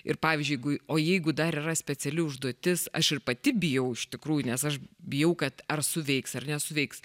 ir pavyzdžiui jeigu o jeigu dar yra speciali užduotis aš ir pati bijau iš tikrųjų nes aš bijau kad ar suveiks ar nesuveiks